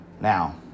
Now